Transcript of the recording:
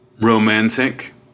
romantic